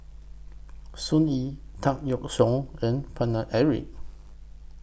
Sun Yee Tan Yeok Seong and Paine Eric